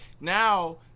now